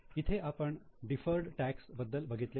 इथे आपण deferred tax बद्दल बघितले होते